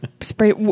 spray